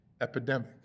epidemic